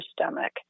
stomach